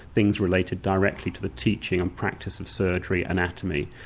things related directly to the teaching and practice of surgery, anatomy,